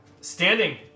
standing